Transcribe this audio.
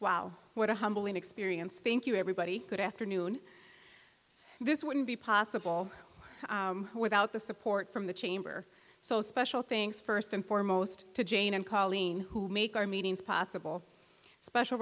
wow what a humbling experience thank you everybody good afternoon this wouldn't be possible without the support from the chamber so special things first and foremost to jane and colleen who make our meetings possible special